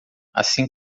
assim